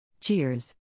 Cheers